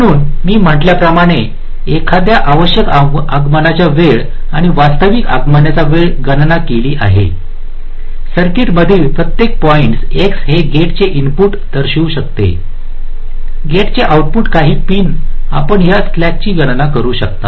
म्हणून मी म्हटल्याप्रमाणे एकदा आपण आवश्यक आगमन वेळ आणि वास्तविक आगमन वेळेची गणना केली आहे सर्किट मधील प्रत्येक पॉईंट्स x हे गेटचे इनपुट दर्शवू शकते गेटचे आउटपुट काही पिन आपण या स्लॅकची गणना करू शकता